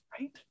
Right